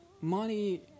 money